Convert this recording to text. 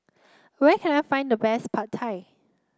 where can I find the best Pad Thai